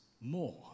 more